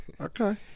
Okay